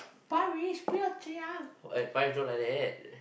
Parish 不要这样 eh Parish don't like that